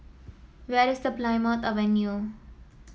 where is Plymouth Avenue